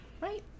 Right